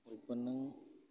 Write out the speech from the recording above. ഉൽപ്പന്നം